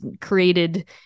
created